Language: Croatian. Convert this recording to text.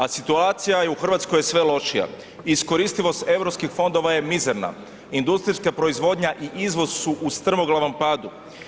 A situacija je u Hrvatskoj sve lošija, iskoristivost eu fondova je mizerna, industrijska proizvodnja i izvoz su u strmoglavom padu.